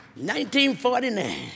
1949